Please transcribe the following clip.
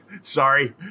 Sorry